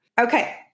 Okay